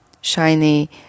shiny